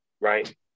Right